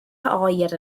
oer